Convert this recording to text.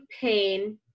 pain